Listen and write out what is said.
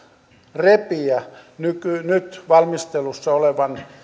repiä nyt nyt valmistelussa olevan